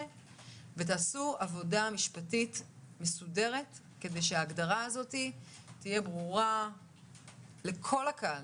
ותעשו עבודה משפטית מסודרת כדי שההגדרה הזאת תהיה ברורה לכל הקהל,